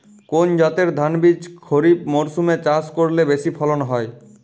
কোন জাতের ধানবীজ খরিপ মরসুম এ চাষ করলে বেশি ফলন হয়?